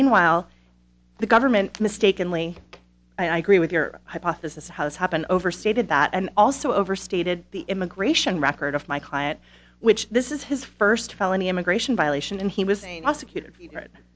meanwhile the government mistakenly i agree with your hypothesis how this happened overstated that and also overstated the immigration record of my client which this is his first felony immigration violation and he was saying all secur